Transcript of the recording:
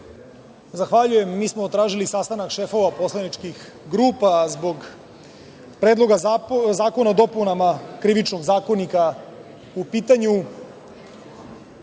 Zahvaljujem. Mi smo tražili šefova poslaničkih grupa zbog Predloga zakona o dopunama Krivičnog zakonika. U pitanju